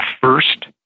first